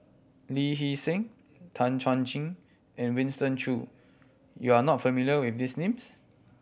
Lee Hee Seng Tan Chuan Jin and Winston Choo you are not familiar with these names